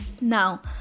Now